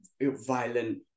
violent